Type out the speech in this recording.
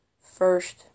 first